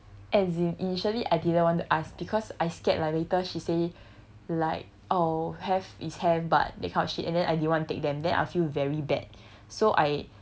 as in initially I didn't want to ask because I scared lah later she say like oh have is have but that kind of shit and then I didn't want take them then I'll feel very bad so I